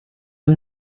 him